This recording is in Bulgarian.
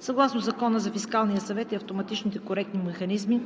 Съгласно Закона за Фискален съвет и автоматични корективни механизми